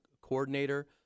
coordinator